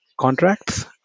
contracts